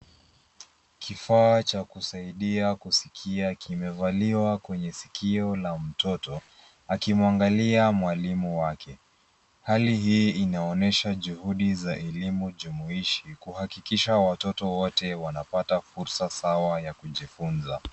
Kifaa cha kusaidia kusikia kimevaliwa kwenye sikio la mtoto akimwangalia mwalimu wake. Hali hii inaonyesha juhudi za elimu jumuishi kuhakikisha watoto wote wanapata fursa sawa ya kujifunza.